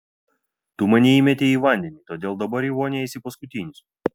tu mane įmetei į vandenį todėl dabar į vonią eisi paskutinis